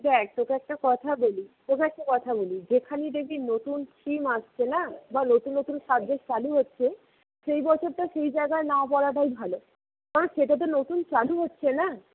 দেখ তোকে একটা কথা বলি তোকে একটা কথা বলি যেখানেই দেখবি নতুন স্ট্রিম আসছে না বা নতুন নতুন সাবজেক্ট চালু হচ্ছে সেই বছরটা সেই জায়গায় না পড়াটাই ভালো কারণ সেটা তো নতুন চালু হচ্ছে না